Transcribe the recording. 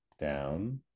down